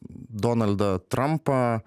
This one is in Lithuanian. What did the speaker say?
donaldą trampą